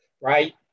right